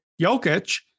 Jokic